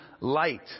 light